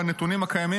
בנתונים הקיימים,